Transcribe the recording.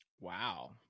Wow